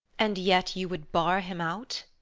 and yet you would bar him out.